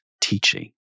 teaching